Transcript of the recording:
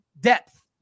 depth